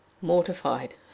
mortified